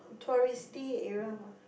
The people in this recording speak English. touristy area mah